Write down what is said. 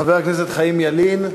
חבר הכנסת חיים ילין,